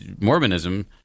Mormonism